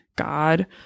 god